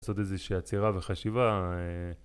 לעשות איזושהי עצירה וחשיבה.